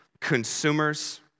consumers